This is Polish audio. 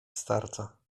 starca